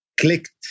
clicked